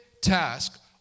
task